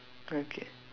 okay